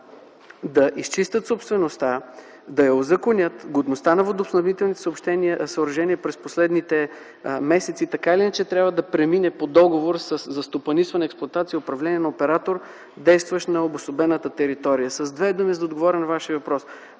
да изчистят собствеността, да я узаконят. Годността на водоснабдителните съоръжения през последните месеци така или иначе трябва да премине по договор за стопанисване, експлоатация и управление към оператор, действащ на обособената територия. С две думи, за да отговоря на Вашия въпрос: